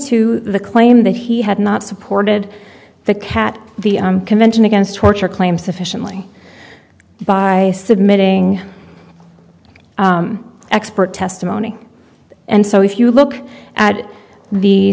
to the claim that he had not supported the cat the convention against torture claims sufficiently by submitting expert testimony and so if you look at the